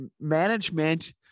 management